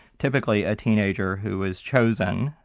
typically a teenager who was chosen,